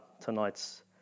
tonight's